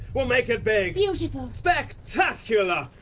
we'll make it big. beautiful. spectacular!